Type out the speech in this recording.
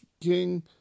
King